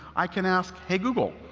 i can ask, hey, google,